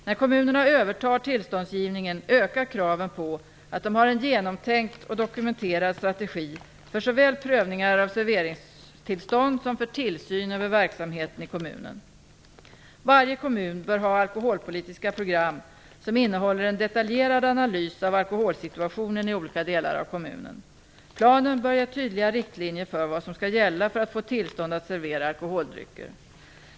När kommunerna övertar tillståndsgivningen ökar kraven på att de har en genomtänkt och dokumenterad strategi såväl för prövningar av serveringstillstånd som för tillsyn över verksamheterna i kommunen. Varje kommun bör ha alkoholpolitiska program som innehåller en detaljerad analys av alkoholsituationen i olika delar av kommunen. Planen bör ge tydliga riktlinjer för vad som skall gälla för att få tillstånd att servera alkoholdrycker.